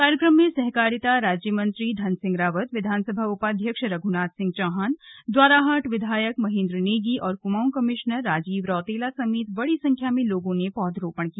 कार्यक्रम में सहकारिता राज्य मंत्री धन सिंह रावत विधानसभा उपाध्यक्ष रघुनाथ सिंह चौहान द्वाराहाट विधायक महेंद्र नेगी और कुमाऊं कमिश्नर राजीव रौतेला समेत बड़ी संख्या में लोगों ने पौधरोपण किया